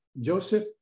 Joseph